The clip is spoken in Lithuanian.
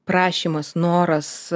prašymas noras